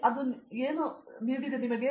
ಅದರ ಬಗ್ಗೆ ಏನು ಸವಾಲು ಇದೆ